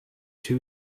two